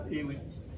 aliens